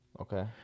Okay